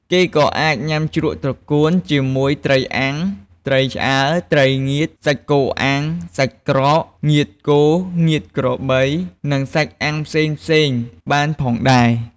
គេក៏អាចញុំាជ្រក់ត្រកួនជាមួយត្រីអាំង ត្រីឆ្អើរ ត្រីងៀត សាច់គោអាំង សាច់ក្រក ងៀតគោ ងៀតក្របី និងសាច់អាំងផ្សេងៗបានផងដែរ។